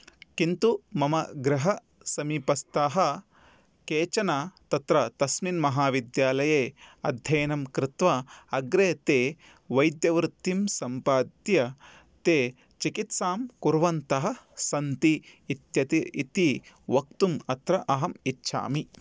किन्तु मम गृहसमीपस्थाः केचन तत्र तस्मिन् विद्यालये अध्ययनं कृत्वा अग्रे ते वैद्यवृत्तिं सम्पाद्य ते चिकित्सां कुर्वन्तः सन्ति इत्यति इति वक्तुम् अत्र अहम् इच्छामि